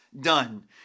done